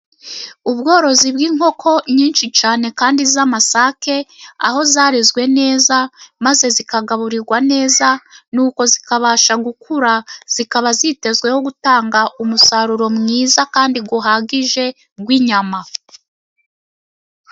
Ubworozi bw'inkoko nyinshi cyane kandi z'amasake, aho zarezwe neza maze zikagaburirwa neza nuko zikabasha gukura, zikaba zitezweho gutanga umusaruro mwiza kandi uhagije w'inyama.